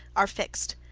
are fixed,